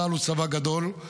צה"ל הוא צבא גדול,